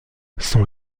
son